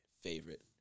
Favorite